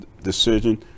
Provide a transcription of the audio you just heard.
decision